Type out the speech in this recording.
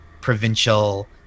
provincial